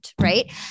right